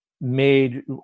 made